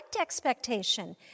expectation